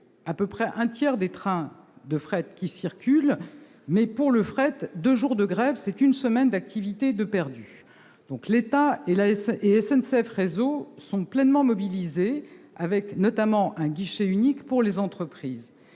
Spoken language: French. environ un tiers des trains de fret circulent. Pour le fret, deux jours de grève, c'est une semaine d'activité de perdue. L'État et SNCF Réseau sont pleinement mobilisés. Un guichet unique pour les entreprises